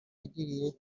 yagiriye